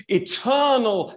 eternal